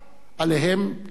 עליהם להיפרד.